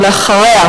ואחריה,